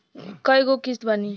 कय गो किस्त बानी?